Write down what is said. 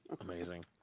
amazing